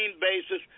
basis